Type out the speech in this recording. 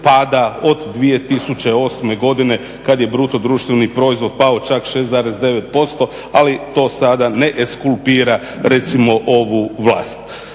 pada od 2008. godine kada je bruto društveni proizvod pao čak 6,9% ali to sada ne ekskulpira recimo ovu vlast.